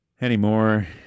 anymore